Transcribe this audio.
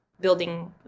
building